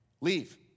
leave